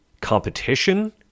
competition